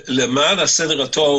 למען הסדר הטוב,